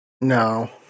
No